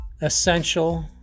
essential